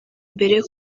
mbere